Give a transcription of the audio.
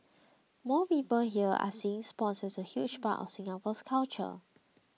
more people here are seeing sports as a huge part of Singapore's culture